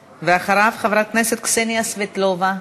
ואחריו, חברת הכנסת קסניה סבטלובה.